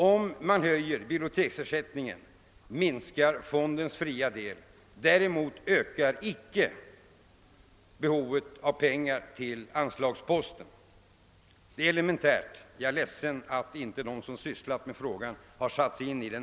Om man höjer - biblioteksersättningen, minskar fondens fria del. Däremot ökar icke behovet av pengar till anslagsposten. Det är elementärt. Jag är ledsen att en som ägnat sig åt denna fråga inte bättre satt sig in i den.